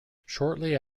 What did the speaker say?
shortly